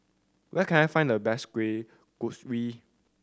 where can I find the best Kueh Kaswi